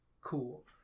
cool